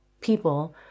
people